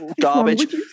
garbage